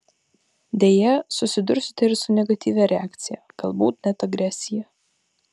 deja susidursite ir su negatyvia reakcija galbūt net agresija